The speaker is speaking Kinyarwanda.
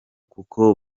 kuko